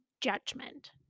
judgment